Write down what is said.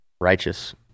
Righteous